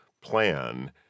plan